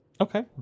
Okay